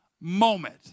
moment